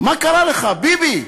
מה קרה לך, ביבי?